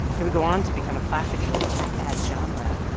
it would go on to become a classic in the attack ad genre.